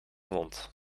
wond